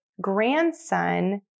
grandson